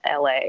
LA